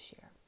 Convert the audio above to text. share